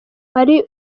ari